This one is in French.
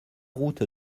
route